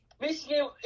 Michigan